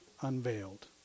unveiled